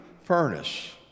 furnace